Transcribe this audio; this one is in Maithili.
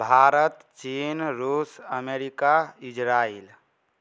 भारत चीन रूस अमेरिका इजराइल